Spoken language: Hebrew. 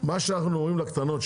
מה שאנחנו אומרים לקטנות,